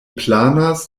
planas